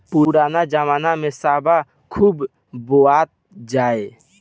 पुरनका जमाना में सावा खूब बोअल जाओ